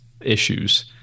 issues